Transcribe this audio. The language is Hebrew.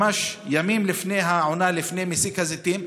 ממש ימים לפני עונת מסיק הזיתים.